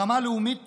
ברמה הלאומית